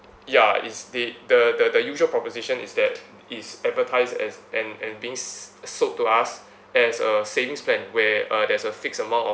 ya is the the the the usual proposition is that it's advertised as and and being s~ sold to us as a savings plan where uh there's a fixed amount of